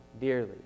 dearly